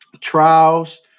trials